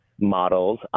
models